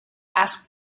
asked